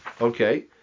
Okay